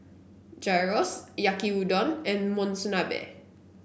Gyros Yaki Udon and Monsunabe